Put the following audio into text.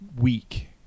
week